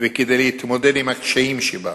וכדי להתמודד עם הקשיים שבה.